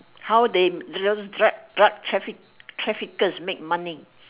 how they those drug drug traffic traffickers make money